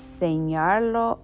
señarlo